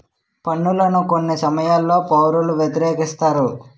పన్నులను కొన్ని సమయాల్లో పౌరులు వ్యతిరేకిస్తారు